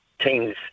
teams